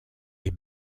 est